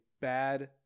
bad